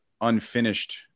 unfinished